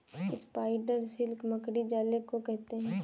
spider silk मकड़ी जाले को कहते हैं